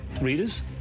readers